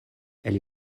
elle